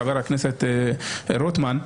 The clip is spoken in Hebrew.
חבר הכנסת רוטמן.